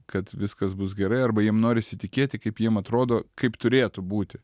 kad viskas bus gerai arba jiem norisi tikėti kaip jiem atrodo kaip turėtų būti